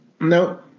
No